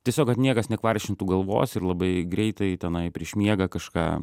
tiesiog kad niekas nekvaršintų galvos ir labai greitai tenai prieš miegą kažką